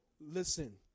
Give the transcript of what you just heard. Listen